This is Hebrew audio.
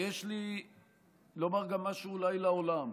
ויש לי לומר גם משהו אולי לעולם.